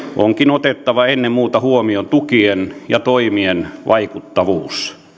onkin otettava ennen muuta huomioon tukien ja toimien vaikuttavuus